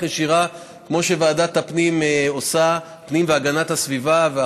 ישירה כמו שוועדת הפנים והגנת הסביבה עושה.